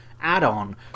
add-on